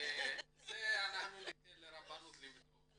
זה אנחנו ניתן לרבנות לבדוק.